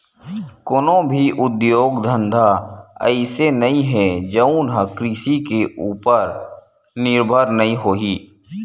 कोनो भी उद्योग धंधा अइसे नइ हे जउन ह कृषि उपर निरभर नइ होही